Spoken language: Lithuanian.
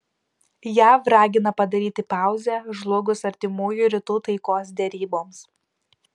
jav ragina padaryti pauzę žlugus artimųjų rytų taikos deryboms